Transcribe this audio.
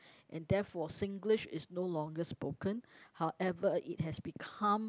and therefore Singlish is no longer spoken however it has become